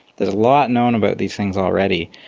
there's a lot known about these things already,